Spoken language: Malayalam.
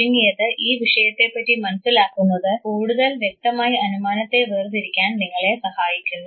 ചുരുങ്ങിയത് ഈ വിഷയത്തെ പറ്റി മനസ്സിലാക്കുന്നത് കൂടുതൽ വ്യക്തമായി അനുമാനത്തെ വേർതിരിക്കാൻ നിങ്ങളെ സഹായിക്കുന്നു